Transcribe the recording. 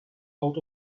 out